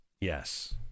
Yes